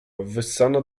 wyssana